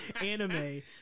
anime